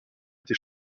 été